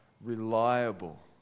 reliable